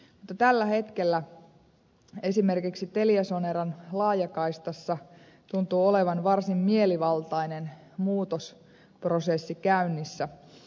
mutta tällä hetkellä esimerkiksi teliasoneran laajakaistassa tuntuu olevan varsin mielivaltainen muutosprosessi käynnissä